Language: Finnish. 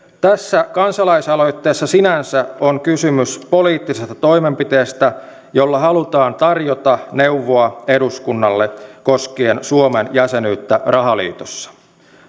tässä kansalaisaloitteessa sinänsä on kysymys poliittisesta toimenpiteestä jolla halutaan tarjota neuvoa eduskunnalle koskien suomen jäsenyyttä rahaliitossa